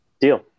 deal